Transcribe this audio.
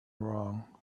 wrong